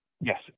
Yes